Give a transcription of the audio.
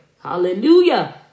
Hallelujah